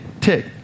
tick